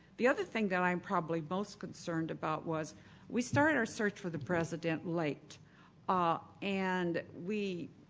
the other thing that i'm probably most concerned about was we started our search for the president late ah and we